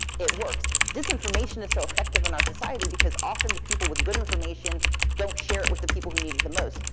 it works. disinformation is so effective in our society, because often the people with good information don't share it with the people who need it the most.